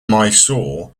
mysore